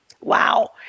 Wow